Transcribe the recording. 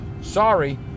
Sorry